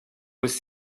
was